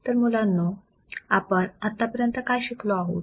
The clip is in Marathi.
तर मुलांनो आपण आत्तापर्यंत काय शिकलो आहोत